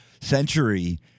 century